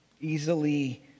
easily